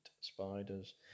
spiders